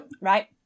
Right